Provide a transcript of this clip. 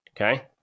Okay